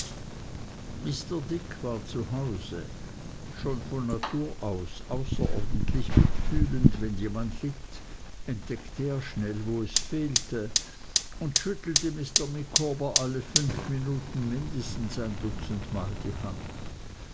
mr dick war zu hause schon von natur aus außerordentlich mitfühlend wenn jemand litt entdeckte er schnell wo es fehlte und schüttelte mr micawber alle fünf minuten mindestens ein dutzendmal die hand